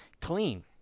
clean